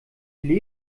die